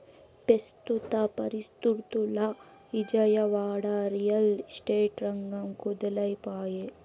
పెస్తుత పరిస్తితుల్ల Vijayawada, real estate రంగం కుదేలై పాయె